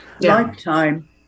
Lifetime